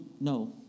no